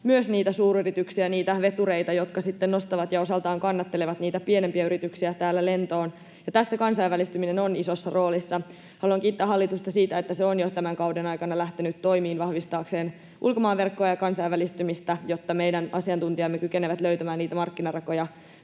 myös niitä suuryrityksiä, niitä vetureita, jotka sitten nostavat ja osaltaan kannattelevat niitä pienempiä yrityksiä täällä lentoon, ja tässä kansainvälistyminen on isossa roolissa. Haluan kiittää hallitusta siitä, että se on jo tämän kauden aikana lähtenyt toimiin vahvistaakseen ulkomaan verkkoa ja kansainvälistymistä, jotta meidän asiantuntijamme kykenevät löytämään niitä markkinarakoja